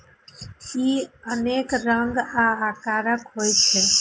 ई अनेक रंग आ आकारक होइ छै